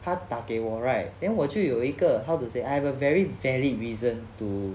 他打给我 right then 我就有一个 how to say I have a very valid reason to